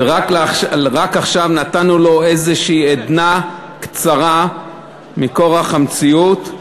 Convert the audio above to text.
ורק עכשיו נתנו לו איזושהי עדנה קצרה מכורח המציאות.